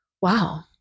wow